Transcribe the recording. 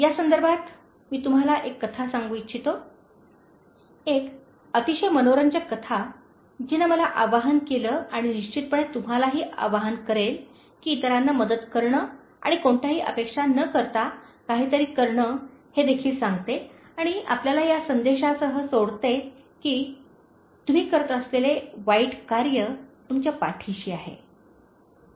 या संदर्भात मी तुम्हाला एक कथा सांगू इच्छितो एक अतिशय मनोरंजक कथा जिने मला आवाहन केले आणि निश्चितपणे तुम्हालाही आवाहन करेल की इतरांना मदत करणे आणि कोणत्याही अपेक्षा न करता काहीतरी करणे हे देखील सांगते आणि आपल्याला या संदेशासह सोडते की "तुम्ही करत असलेले वाईट कार्य तुमच्या पाठीशी आहे